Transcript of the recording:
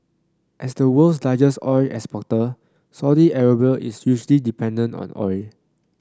as the world's largest oil exporter Saudi Arabia is hugely dependent on oil